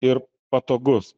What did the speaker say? ir patogus